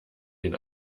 den